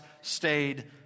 stayed